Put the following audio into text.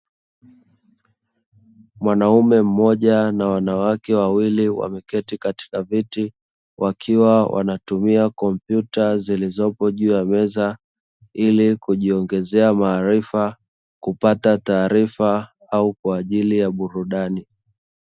Mwanaume mmoja na wanawake wawili wameketi katika viti, wakiwa wanatumia kompyuta zilizopo juu ya meza ili kujiongezea maarifa kupata taarifa au kwa ajili ya burudani.